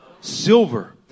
Silver